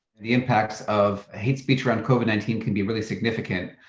the impacts of hate speech around covid nineteen can be really significant,